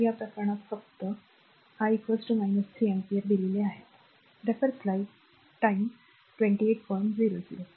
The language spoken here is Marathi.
तर या प्रकरणात फक्त धरून ठेवा या प्रकरणात I 3 अँपिअर